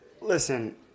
listen